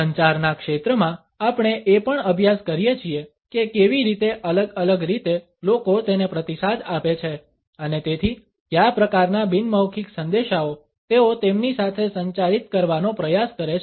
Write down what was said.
સંચારના ક્ષેત્રમાં આપણે એ પણ અભ્યાસ કરીએ છીએ કે કેવી રીતે અલગ અલગ રીતે લોકો તેને પ્રતિસાદ આપે છે અને તેથી કયા પ્રકારના બિન મૌખિક સંદેશાઓ તેઓ તેમની સાથે સંચારિત કરવાનો પ્રયાસ કરે છે